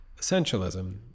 Essentialism